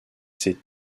ses